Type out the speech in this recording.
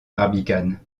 barbicane